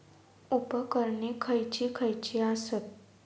उपकरणे खैयची खैयची आसत?